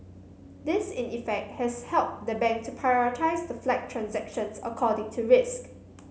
this in effect has helped the bank to prioritise the flagged transactions according to risk